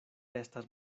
estas